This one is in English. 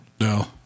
No